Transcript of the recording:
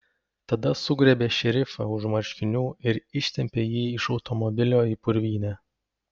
tada sugriebė šerifą už marškinių ir ištempė jį iš automobilio į purvynę